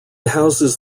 houses